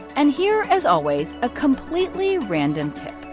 and here, as always, a completely random tip,